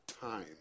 Time